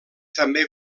també